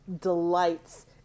delights